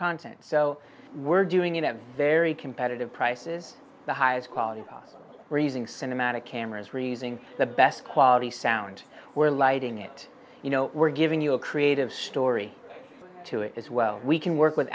content so we're doing it at very competitive prices the highest quality raising cinematic cameras freezing the best quality sound we're lighting it you know we're giving you a creative story to it as well we can work with